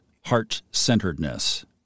heart-centeredness